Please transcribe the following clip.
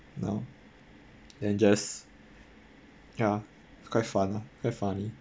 now then just ya quite fun lah quite funny